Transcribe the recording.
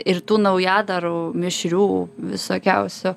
ir tų naujadarų mišrių visokiausių